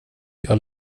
jag